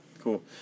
Cool